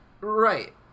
Right